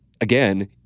again